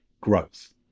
growth